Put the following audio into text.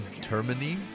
Termini